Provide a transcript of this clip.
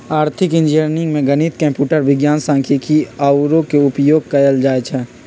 आर्थिक इंजीनियरिंग में गणित, कंप्यूटर विज्ञान, सांख्यिकी आउरो के उपयोग कएल जाइ छै